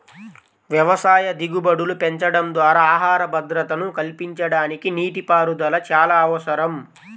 వ్యవసాయ దిగుబడులు పెంచడం ద్వారా ఆహార భద్రతను కల్పించడానికి నీటిపారుదల చాలా అవసరం